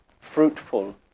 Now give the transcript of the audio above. fruitful